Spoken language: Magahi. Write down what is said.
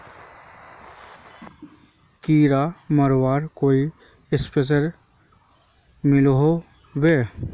कीड़ा मरवार कोई स्प्रे मिलोहो होबे?